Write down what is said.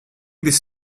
this